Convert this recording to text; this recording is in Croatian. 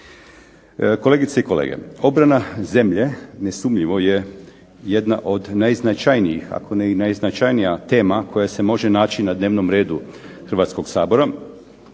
Kolegice i kolege, obrana zemlje nesumnjivo je jedna od najznačajnijih, ako ne i najznačajnija tema koja se može naći na dnevnom redu Hrvatskog sabora.